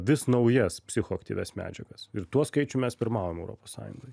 vis naujas psichoaktyvias medžiagas ir tuo skaičium mes pirmaujam europos sąjungoj